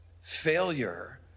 failure